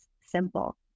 simple